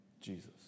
Jesus